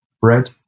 Bread